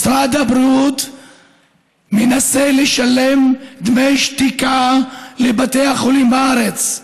משרד הבריאות מנסה לשלם דמי שתיקה לבתי החולים בארץ,